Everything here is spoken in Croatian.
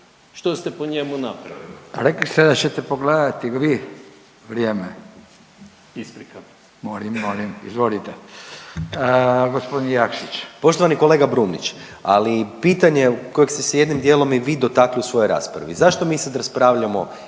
što ste po njemu napravili?